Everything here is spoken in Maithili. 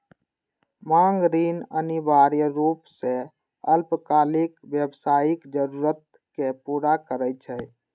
मांग ऋण अनिवार्य रूप सं अल्पकालिक व्यावसायिक जरूरत कें पूरा करै छै